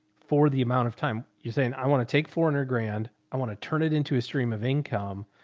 for the amount of time you're saying i want to take four and hundred grand. i want to turn it into a stream of income.